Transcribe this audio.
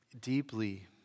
deeply